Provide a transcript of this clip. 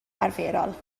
arferol